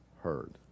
heard